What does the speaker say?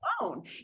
alone